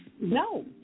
No